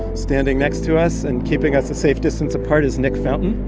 standing next to us and keeping us a safe distance apart, is nick fountain